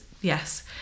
yes